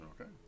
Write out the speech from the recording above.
Okay